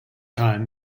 time